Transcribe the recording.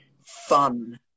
fun